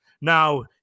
Now